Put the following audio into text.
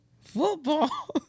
Football